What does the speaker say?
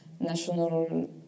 national